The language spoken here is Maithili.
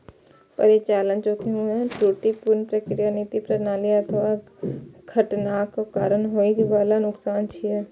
परिचालन जोखिम त्रुटिपूर्ण प्रक्रिया, नीति, प्रणाली अथवा घटनाक कारण होइ बला नुकसान छियै